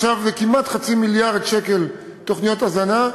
ועכשיו זה כמעט חצי מיליארד שקל לתוכניות הזנה.